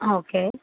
okay